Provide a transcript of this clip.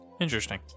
Interesting